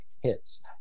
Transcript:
hits